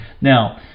now